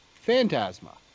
Phantasma